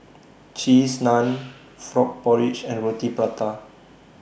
Cheese Naan Frog Porridge and Roti Prata